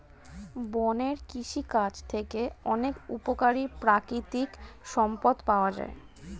বনের কৃষিকাজ থেকে অনেক উপকারী প্রাকৃতিক সম্পদ পাওয়া যায়